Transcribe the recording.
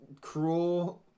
cruel